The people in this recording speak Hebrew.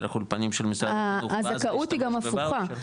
דרך אולפנים של משרד החינוך --- הזכאות היא גם הפוכה,